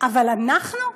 אבל אנחנו,